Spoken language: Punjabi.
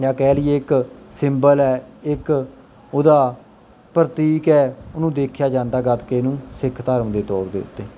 ਜਾਂ ਕਹਿ ਲਈਏ ਇੱਕ ਸਿੰਬਲ ਹੈ ਇੱਕ ਉਹਦਾ ਪ੍ਰਤੀਕ ਹੈ ਉਹਨੂੰ ਦੇਖਿਆ ਜਾਂਦਾ ਗੱਤਕੇ ਨੂੰ ਸਿੱਖ ਧਰਮ ਦੇ ਤੌਰ ਦੇ ਉੱਤੇ